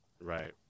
Right